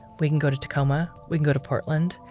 we can go to tacoma, we can go to portland.